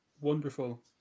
wonderful